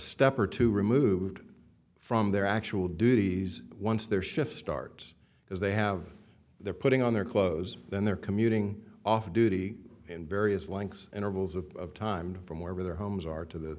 step or two removed from their actual duties once their shift starts because they have they're putting on their clothes then they're commuting off duty in various lengths intervals of time from wherever their homes are to th